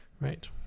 right